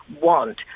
want